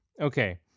Okay